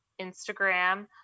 Instagram